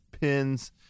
pins